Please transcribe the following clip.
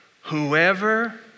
Whoever